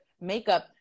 makeup